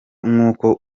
nk’uko